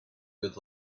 good